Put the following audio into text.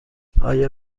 آیا